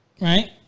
right